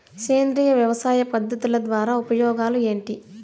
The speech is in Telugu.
సేంద్రియ వ్యవసాయ పద్ధతుల ద్వారా ఉపయోగాలు ఏంటి?